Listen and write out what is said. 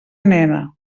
nena